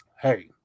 Hey